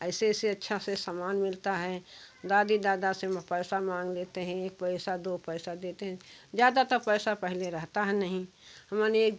ऐसे ऐसे अच्छा से सामान मिलता है दादी दादा से मैं पैसा मांग लेते हैं एक पैसा दो पैसा देते हैं ज़्यादातर पैसा पहले रहता है नहीं मने